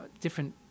different